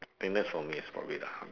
think that's for me it's probably the hardest